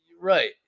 Right